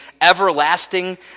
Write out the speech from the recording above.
everlasting